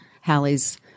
Hallie's